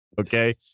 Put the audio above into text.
Okay